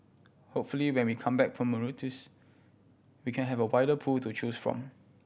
hopefully when we come back from Mauritius we can have a wider pool to choose from